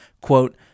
Quote